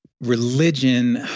religion